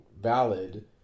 valid